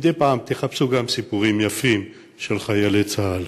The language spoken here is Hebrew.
שמדי פעם תחפשו גם סיפורים יפים של חיילי צה"ל.